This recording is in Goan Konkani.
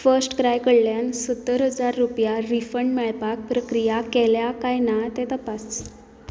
फश्ट क्राय कळ्ळ्यान सत्तर हजार रुपया रिफंड मेळपाक प्रक्रिया केल्या काय ना तें तपास